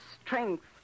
strength